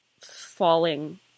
falling